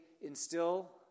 instill